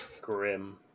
grim